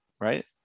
Right